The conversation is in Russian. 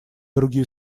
другие